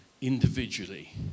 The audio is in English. individually